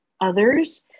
others